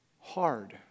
hard